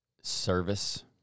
service